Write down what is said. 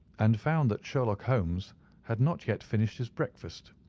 and found that sherlock holmes had not yet finished his breakfast.